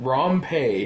Rompe